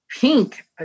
pink